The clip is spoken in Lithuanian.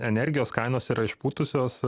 energijos kainos yra išpūtusios